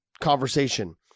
conversation